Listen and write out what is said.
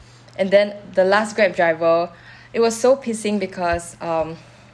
and then the last grab driver it was so pissing because um